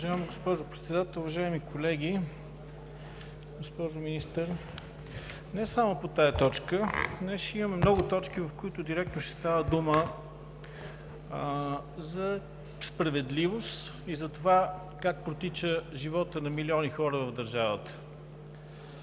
Уважаема госпожо Председател, уважаеми колеги, госпожо Министър! Не само по тази точка, днес ще имаме много точки, в които директно ще става дума за справедливост и за това как протича животът на милиони хора в държавата.